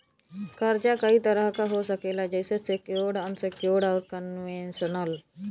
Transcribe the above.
कर्जा कई तरह क हो सकेला जइसे सेक्योर्ड, अनसेक्योर्ड, आउर कन्वेशनल